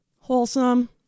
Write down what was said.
Wholesome